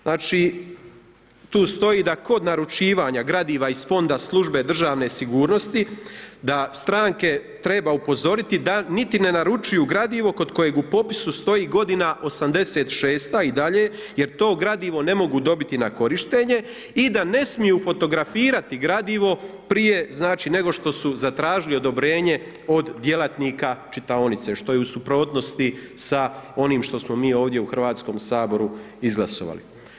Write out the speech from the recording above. Znači tu stoji da kod naručivanja gradiva iz Fonda Službe državne sigurnosti da stranke treba upozoriti da niti ne naručuju gradivo kod kojega u popisu stoji godina '86. i dalje jer to gradivo ne mogu dobiti na korištenje i da ne smiju fotografirati gradivo prije nego što su zatražili odobrenje od djelatnika čitaonice, što je u suprotnosti sa onim što smo mi ovdje u Hrvatskom saboru izglasovali.